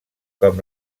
com